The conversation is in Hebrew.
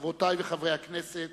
חברות וחברי הכנסת,